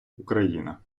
україна